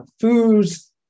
foods